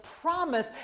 promise